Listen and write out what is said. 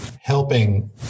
helping